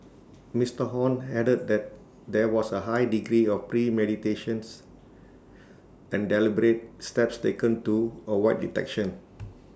Mister Hon added that there was A high degree of premeditation's and deliberate steps taken to avoid detection